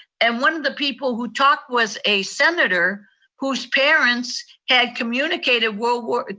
and one of the people who talk was a senator whose parents had communicated world war,